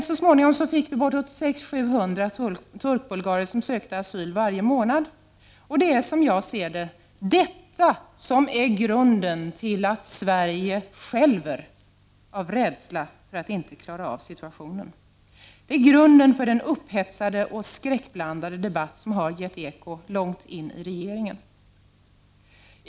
Så småningom sökte bortåt 700 turkbulgarer asyl varje månad. Det är, som jag ser det, detta som är grunden till att Sverige skälver av rädsla för att inte klara den situationen. Det är grunden för den upphetsade och skräckblandade debatt som har gett eko långt in i regeringen.